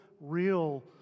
real